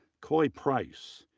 coy price,